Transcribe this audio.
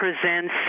presents